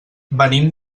venim